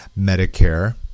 Medicare